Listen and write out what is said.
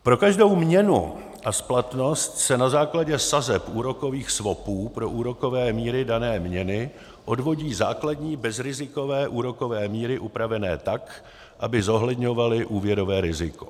Pro každou měnu a splatnost se na základě sazeb úrokových swapů pro úrokové míry dané měny odvodí základní bezrizikové úrokové míry upravené tak, aby zohledňovaly úrokové riziko.